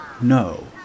No